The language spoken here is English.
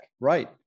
Right